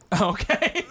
Okay